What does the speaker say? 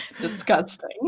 Disgusting